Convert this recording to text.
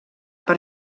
per